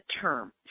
term